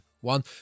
one